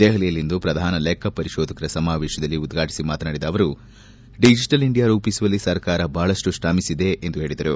ದೆಹಲಿಯಲ್ಲಿಂದು ಪ್ರಧಾನ ಲೆಕ್ಕಪರಿತೋಧಕರ ಸಮಾವೇಶವನ್ನು ಉದ್ವಾಟಿಸಿ ಮಾತನಾಡಿದ ರಾಷ್ಟಸತಿಯವರು ಡಿಜೆಟಲ್ ಇಂಡಿಯಾ ರೂಪಿಸುವಲ್ಲಿ ಸರ್ಕಾರ ಬಹಳಷ್ಟು ಶ್ರಮವಹಿಸಿದೆ ಎಂದು ಹೇಳಿದರು